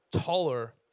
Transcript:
taller